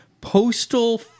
Postal